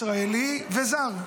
ישראלי וזר.